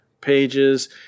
pages